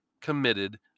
committed